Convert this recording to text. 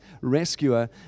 Rescuer